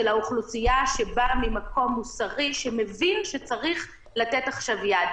האוכלוסייה שבא ממקום מוסרי שמבין שצריך לתת עכשיו יד,